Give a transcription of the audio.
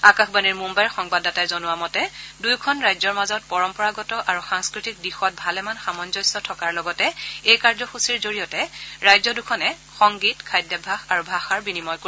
আকাশবাণীৰ মুঘ়াইৰ সংবাদদাতাই জনোৱা মতে দুয়োখন ৰাজ্যৰ মাজত পৰাম্পৰাগত আৰু সাংস্কৃতিক দিশত ভালেমান সামঞ্জস্য থকাৰ লগতে এই কাৰ্যসূচীৰ জৰিয়তে ৰাজ্য দুখনে সংগীত খাদ্যাভ্যাস আৰু ভাষাৰ বিনিময় কৰিব